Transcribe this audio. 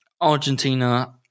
Argentina